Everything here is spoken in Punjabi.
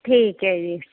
ਠੀਕ ਹੈ ਜੀ